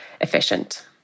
efficient